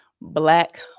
black